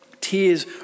tears